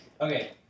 okay